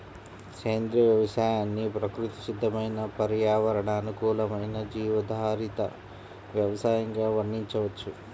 సేంద్రియ వ్యవసాయాన్ని ప్రకృతి సిద్దమైన పర్యావరణ అనుకూలమైన జీవాధారిత వ్యవసయంగా వర్ణించవచ్చు